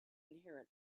inherit